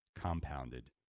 compounded